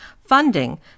Funding